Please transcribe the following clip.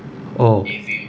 orh